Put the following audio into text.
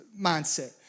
mindset